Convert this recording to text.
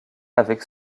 avec